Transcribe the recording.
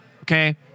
Okay